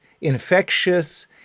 infectious